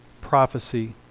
prophecy